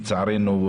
לצערנו,